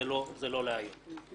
זה לא להיום.